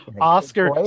oscar